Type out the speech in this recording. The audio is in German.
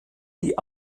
die